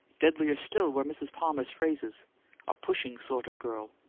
deadlier still were mrs. palmer's phrases a pushing sort of girl,